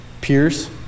peers